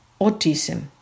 autism